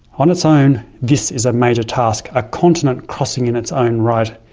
on its own this is a major task, a continent crossing in its own right.